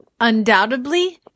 undoubtedly